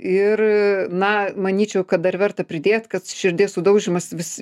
ir na manyčiau kad dar verta pridėt kad širdies sudaužymas vis